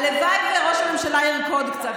הלוואי שראש הממשלה ירקוד קצת.